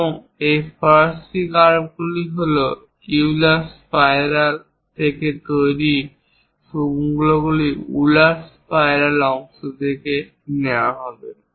এবং এই ফরাসী কার্ভগুলি হল ইউলার স্পাইরাল থেকে তৈরি অংশগুলি উলার স্পাইরাল অংশ নেওয়া হবে